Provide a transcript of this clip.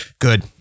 Good